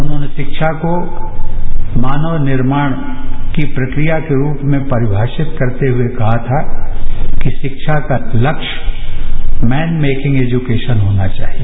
उन्होंने शिक्षा को मानव निर्माण की प्रक्रिया के रूप में परिभाषित करते हुए कहा था कि रिक्षा का लक्ष्य मैन मेकिंग एजुकेशन होना चाहिए